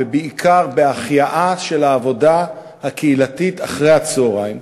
ובעיקר בהחייאה של העבודה הקהילתית אחרי-הצהריים,